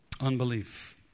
Unbelief